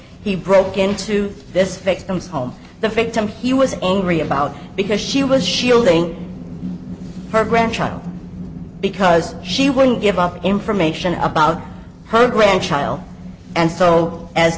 he broke into this victims home the victim he was angry about because she was shielding her grandchild because she wouldn't give up information about her grandchild and soul as